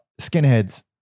skinheads